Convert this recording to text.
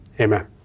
Amen